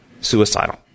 Suicidal